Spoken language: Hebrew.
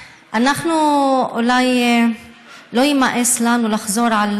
אנחנו, אולי לא יימאס לנו לחזור על